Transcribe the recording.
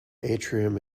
atrium